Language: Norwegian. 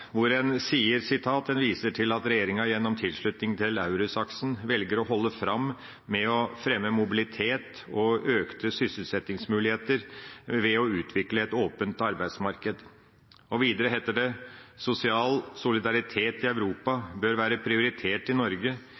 hvor en «viser til at regjeringa gjennom tilslutning til EURES-aksen vel å halde fram med å fremje mobilitet og auke sysselsettingsmoglegheiter ved å utvikle ein open arbeidsmarknad». Videre heter det at «sosial solidaritet i Europa bør vere prioritert for Noreg». Og videre: «I tillegg vil større deltaking i